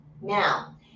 Now